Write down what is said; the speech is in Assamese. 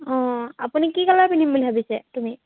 অঁ আপুনি কি কালাৰ পিন্ধিম বুলি ভাবিছে তুমি